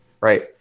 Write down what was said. right